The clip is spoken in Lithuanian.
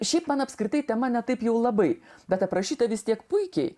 šiaip man apskritai tema ne taip jau labai bet aprašyta vis tiek puikiai